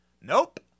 Nope